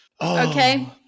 Okay